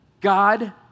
God